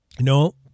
No